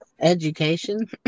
Education